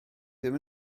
ddim